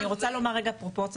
אני רוצה להגיד רגע פרופורציות,